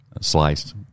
sliced